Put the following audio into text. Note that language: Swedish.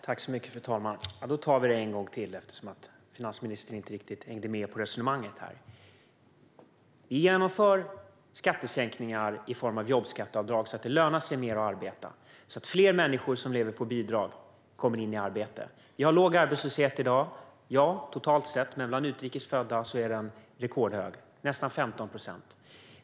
Fru talman! Vi tar det en gång till eftersom finansministern inte riktigt hängde med i resonemanget: Vi genomför skattesänkningar i form av jobbskatteavdrag så att det lönar sig mer att arbeta och fler människor som lever på bidrag kommer i arbete. Vi har låg arbetslöshet i dag, ja, totalt sett. Men bland utrikes födda är den rekordhög - nästan 15 procent.